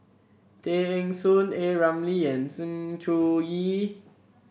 Tay Eng Soon A Ramli and Sng Choon Yee